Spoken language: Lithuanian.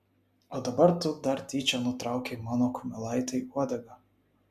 o dabar tu dar tyčia nutraukei mano kumelaitei uodegą